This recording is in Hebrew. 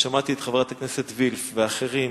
ושמעתי את חברת הכנסת וילף ואחרים